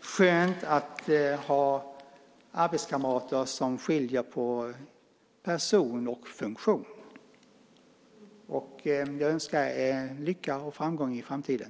skönt att ha arbetskamrater som skiljer på person och funktion. Jag önskar er lycka och framgång i framtiden.